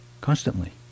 constantly